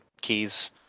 keys